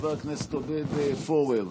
חבר הכנסת עודד פורר,